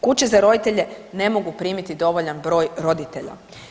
Kuće za roditelje ne mogu primiti dovoljan broj roditelja.